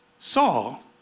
Saul